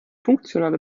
funktionale